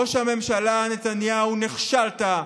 ראש הממשלה נתניהו, נכשלת,